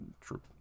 true